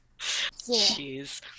Jeez